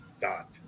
dot